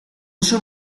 son